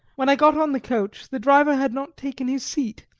when i got on the coach the driver had not taken his seat,